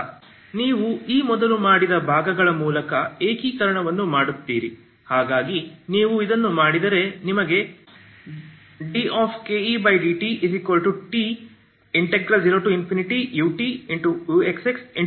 ಈಗ ನೀವು ಈ ಮೊದಲು ಮಾಡಿದ ಭಾಗಗಳ ಮೂಲಕ ಏಕೀಕರಣವನ್ನು ಮಾಡುತ್ತೀರಿ ಹಾಗಾಗಿ ನೀವು ಇದನ್ನು ಮಾಡಿದರೆ ನಿಮಗೆ dK